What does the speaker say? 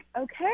okay